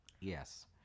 Yes